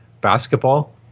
Basketball